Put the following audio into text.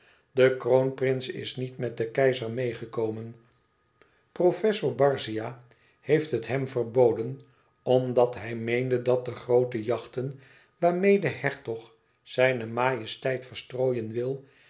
de kroonprins is niet met den keizer meêgekomen professor barzia heeft het hem verboden omdat hij meende dat de groote jachten waarmeê de hertog zijne majesteit verstrooien wil